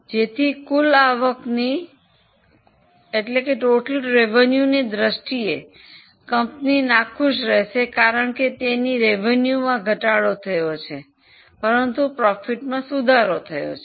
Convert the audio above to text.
તેથી કુલ આવકની દ્રષ્ટિએ કંપની નાખુશ રહેશે કારણ કે તેની આવકમાં ઘટાડો થયો છે પરંતુ નફામાં સુધારો થયો છે